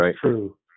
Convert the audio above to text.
true